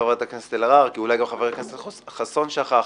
חברת הכנסת אלהרר כי אולי גם חבר הכנסת חסון שכח: